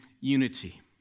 unity